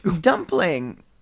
Dumpling